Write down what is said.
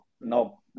no